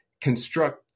construct